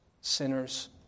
sinners